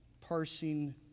parsing